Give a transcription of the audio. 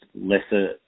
lesser